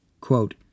quote